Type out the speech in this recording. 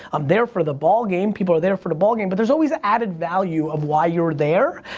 i'm there for the ball game. people are there for the ball game but there's always a added value of why you're there.